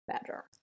better